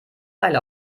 seil